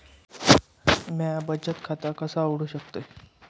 म्या बचत खाता कसा उघडू शकतय?